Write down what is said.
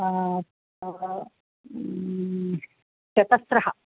चतस्त्रः